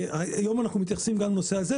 היום אנחנו מתייחסים גם לנושא הזה.